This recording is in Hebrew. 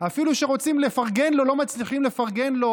אפילו כשרוצים לפרגן לו לא מצליחים לפרגן לו,